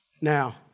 Now